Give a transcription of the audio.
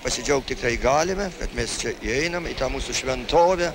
pasidžiaugt tikrai galime kas mes čia įeinam į tą mūsų šventovę